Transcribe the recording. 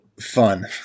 fun